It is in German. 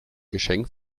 geschenk